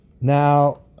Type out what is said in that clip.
Now